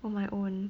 on my own